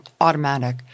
automatic